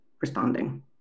responding